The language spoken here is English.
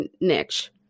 niche